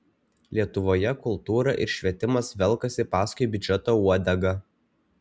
lietuvoje kultūra ir švietimas velkasi paskui biudžeto uodegą